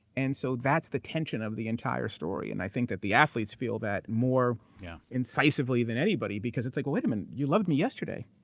and so, that's the tension of the entire story. and i think that the athletes feel that more yeah incisively than anybody because it's like, wait a minute, you loved me yesterday.